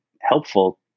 helpful